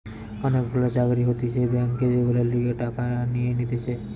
অনেক গুলা চাকরি হতিছে ব্যাংকে যেগুলার লিগে টাকা নিয়ে নিতেছে